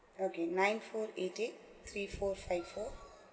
okay nine four eighty three four five four